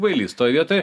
bailys toj vietoj